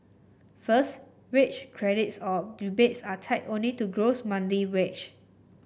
first wage credits or rebates are tied only to gross monthly wage